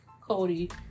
Cody